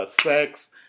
sex